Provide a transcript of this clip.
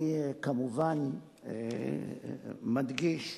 אני כמובן מדגיש: